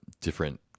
different